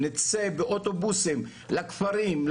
נצא באוטובוסים לכפרים,